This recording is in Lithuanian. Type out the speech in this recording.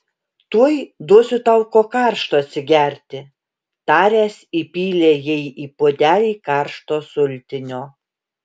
tuoj duosiu tau ko karšto atsigerti taręs įpylė jai į puodelį karšto sultinio